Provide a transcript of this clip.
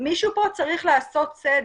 מישהו צריך לעשות פה סדר.